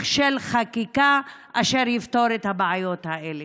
של חקיקה אשר יפתור את הבעיות האלה.